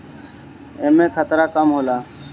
एमे खतरा कम होला